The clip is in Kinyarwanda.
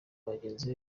bagenzi